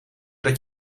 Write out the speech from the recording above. dat